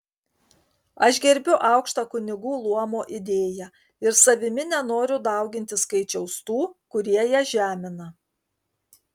aš gerbiu aukštą kunigų luomo idėją ir savimi nenoriu dauginti skaičiaus tų kurie ją žemina